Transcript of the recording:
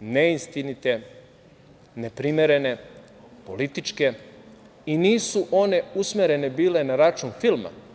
neistinite, neprimerene, političke i nisu one usmerene bile na račun filma.